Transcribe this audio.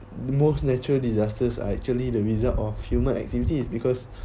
the most natural disasters are actually the result of human activities because